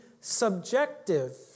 subjective